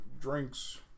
drinks